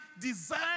design